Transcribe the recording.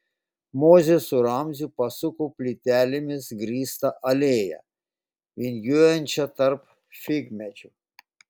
mozė su ramziu pasuko plytelėmis grįsta alėja vingiuojančia tarp figmedžių